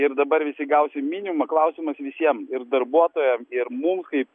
ir dabar visi gausim minimumą klausimas visiem ir darbuotojam ir mum kaip